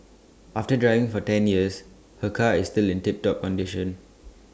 after driving for ten years her car is still in tip top condition